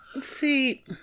see